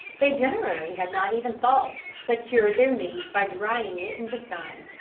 they generally had not even salt, but cured their meat by drying it in the sun.